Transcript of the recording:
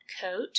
coat